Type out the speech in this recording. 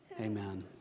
Amen